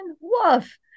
woof